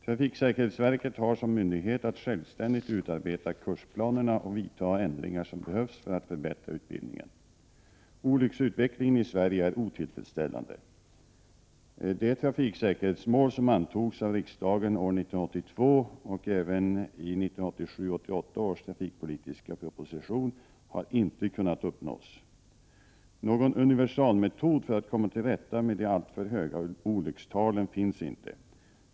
Trafiksäkerhetsverket har som myndighet att självständigt utarbeta kursplanerna och vidta de ändringar som behövs för att förbättra utbildningen. Olycksutvecklingen i Sverige är otillfredsställande. De trafiksäkerhetsmål som antogs av riksdagen år 1982 och även i 1987/88 års trafikpolitiska proposition har inte kunnat uppnås. Någon universalmetod för att komma till rätta med de alltför höga olyckstalen finns inte.